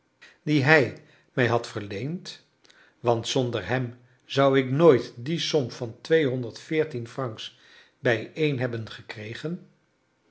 die hij mij had verleend want zonder hem zou ik nooit die som van twee honderd veertien francs bijeen hebben gekregen gaf